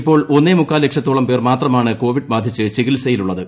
ഇപ്പോൾ ഒന്നേമുക്കാൽ ലക്ഷത്തോളം പേർ മാത്രമാണ് കോവിഡ് ബാധിച്ച് ചികിത്സയിലുള്ളത്